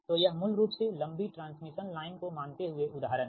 तो यह मूल रूप से लंबी ट्रांसमिशन लाइन को मानते हुए उदाहरण है